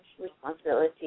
Responsibility